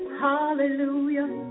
hallelujah